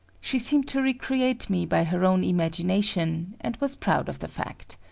she seemed to recreate me by her own imagination, and was proud of the fact.